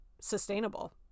sustainable